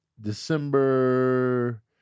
December